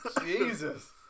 Jesus